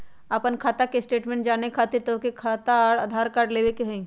आपन खाता के स्टेटमेंट जाने खातिर तोहके खाता अऊर आधार कार्ड लबे के होइ?